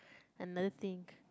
another thing